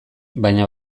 baina